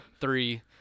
three